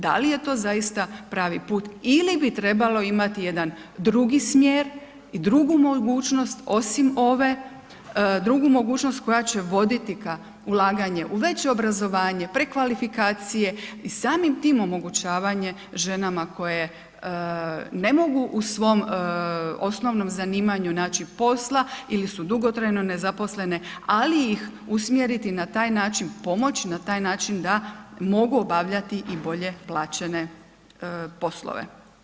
Da li je to zaista pravi put ili bi trebalo imati jedan drugi smjer i drugu mogućnost osim ove, drugu mogućnost koja će voditi ka ulaganje u veće obrazovanje, prekvalifikacije i samim tim omogućavanje ženama koje ne mogu u svom osnovnom zanimanju naći posla ili su dugotrajno nezaposlene, ali ih usmjeriti na taj način, pomoć na taj način da mogu obavljati i bolje plaćene poslove.